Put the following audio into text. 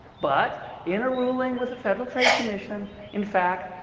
but in a ruling with the federal trade commission, in fact,